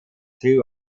two